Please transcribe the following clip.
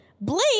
Blake